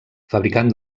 fabricant